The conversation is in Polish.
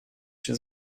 się